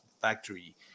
factory